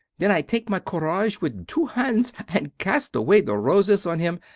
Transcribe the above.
then i take my courage with two hands and cast away the roses on him,